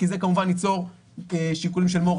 כי זה כמובן ייצור שיקולים של moral